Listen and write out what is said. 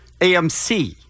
AMC